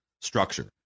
structure